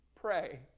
pray